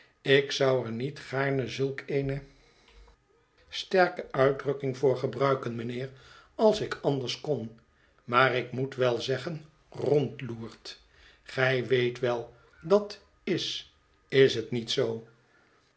ik zou er niet gaarne zulk eene betrekkelijk de vreemde jufvrouw sterke uitdrukking voor gebruiken mijnheer als ik anders kon maar ik moet wel zeggen rondloert gij weet wel dat is is het niet zoo